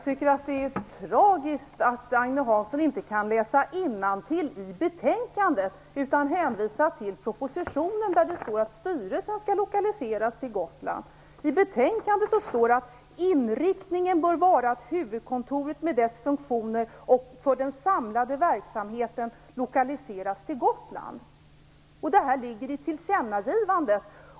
Fru talman! Det är tragiskt att Agne Hansson inte kan läsa innantill i betänkandet utan hänvisar till propositionen, där det står att styrelsen skall lokaliseras till Gotland. I betänkandet står det: "En inriktning bör vara att huvudkontoret med dess funktioner för den samlade verksamheten lokaliseras till Visby." Detta ligger i tillkännagivandet.